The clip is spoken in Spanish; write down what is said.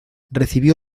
recibió